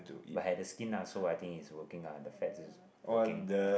but I had the skin ah so I think it's working ah the fats is working